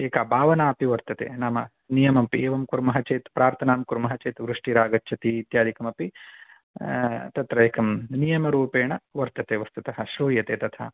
एका भावनापि वर्तते नाम नियमपि एवं कुर्मः चेत् प्रार्थनां कुर्मः चेत् वृष्टिरागच्छति इत्यादिकमपि तत्र एकं नियमरूपेण वर्तते वस्तुतः श्रूयते तथा